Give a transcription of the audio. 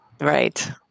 Right